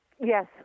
Yes